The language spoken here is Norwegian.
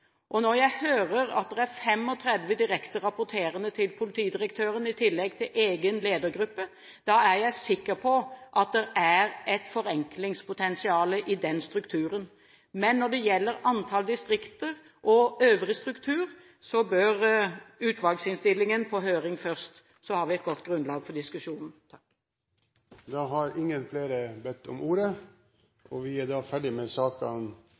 lederskap. Når jeg hører at det er 35 direkte rapporterende til politidirektøren, i tillegg til egen ledergruppe, er jeg sikker på at det er et forenklingspotensial i den strukturen. Men når det gjelder antall distrikter og øvrig struktur, bør utvalgsinnstillingen på høring først. Så har vi et godt grunnlag for diskusjon. Flere har ikke bedt om ordet til sakene